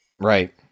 right